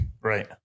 Right